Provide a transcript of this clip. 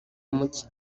muke